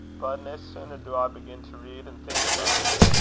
but nae sooner do i begin to read and think about it,